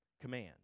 command